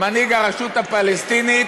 מנהיג הרשות הפלסטינית,